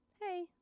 hey